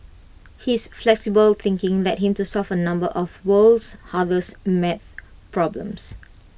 his flexible thinking led him to solve A number of world's hardest math problems